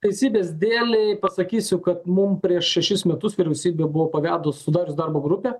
teisybės dėlei pasakysiu kad mum prieš šešis metus vyriausybė buvo pavedus sudarius darbo grupę